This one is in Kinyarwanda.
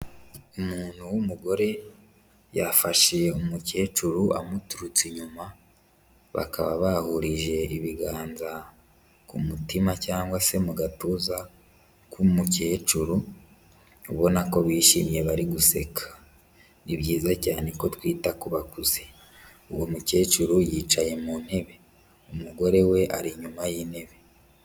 Umuntu w'umugore yafashe umukecuru amuturutse inyuma, bakaba bahurije ibiganza ku mutima cyangwa se mu gatuza k'umukecuru, ubona ko bishimye bari guseka, ni byiza cyane ko twita ku bakuze, uwo mukecuru yicaye mu ntebe, umugore we ari inyuma y'intebe.